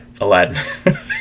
Aladdin